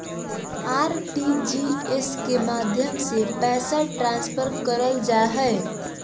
RTGS के माध्यम से पैसा ट्रांसफर करल जा हय